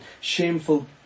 shameful